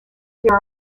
there